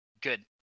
Good